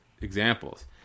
examples